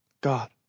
God